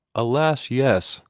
alas, yes!